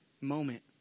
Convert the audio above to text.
moment